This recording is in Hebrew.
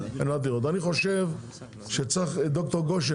ואני חושב שצריך ד"ר גושן,